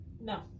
No